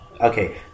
Okay